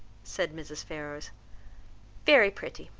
said mrs. ferrars very pretty,